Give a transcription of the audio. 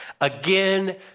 Again